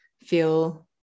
feel